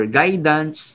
guidance